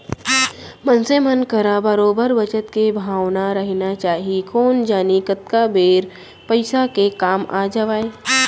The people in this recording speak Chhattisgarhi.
मनसे मन करा बरोबर बचत के भावना रहिना चाही कोन जनी कतका बेर पइसा के काम आ जावय